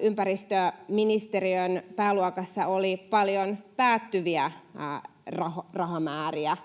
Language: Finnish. ympäristöministeriön pääluokassa oli paljon päättyviä rahamääriä,